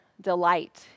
delight